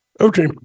Okay